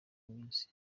imizi